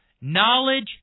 Knowledge